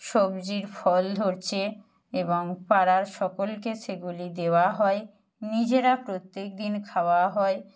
সবজির ফল ধরছে এবং পাড়ার সকলকে সেগুলি দেওয়া হয় নিজেরা প্রত্যেক দিন খাওয়া হয়